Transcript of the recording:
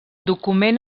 document